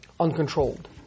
Uncontrolled